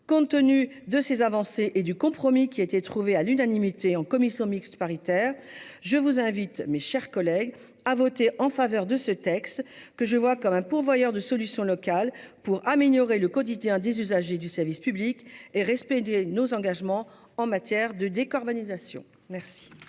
Compte tenu de ces avancées et du compromis qui a été trouvé, à l'unanimité, en commission mixte paritaire, je vous invite, mes chers collègues, à voter en faveur de ce texte, qui permettra de trouver des solutions locales pour améliorer le quotidien des usagers du service public et respecter nos engagements en matière de décarbonation. La